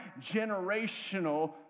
generational